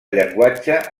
llenguatge